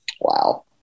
Wow